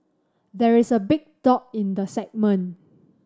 there is a big dog in the segment